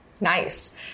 Nice